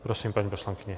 Prosím, paní poslankyně.